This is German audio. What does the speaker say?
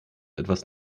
etwas